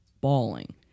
bawling